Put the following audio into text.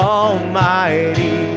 almighty